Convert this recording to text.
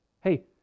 Hey